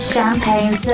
Champagne